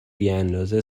بیاندازه